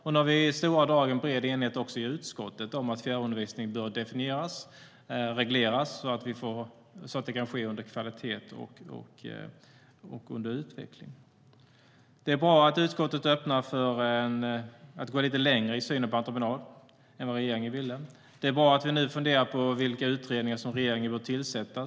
Nu har vi i stora drag en bred enighet också i utskottet om att fjärrundervisning bör definieras och regleras så att det kan ska med kvalitet och under utveckling. Det är bra att utskottet öppnar för att gå lite längre i synen på entreprenad än vad regeringen ville. Det är bra att vi nu funderar på vilka utredningar som regeringen bör tillsätta.